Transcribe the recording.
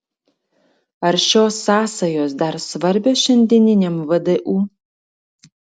ar šios sąsajos dar svarbios šiandieniniam vdu